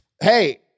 Hey